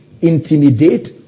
intimidate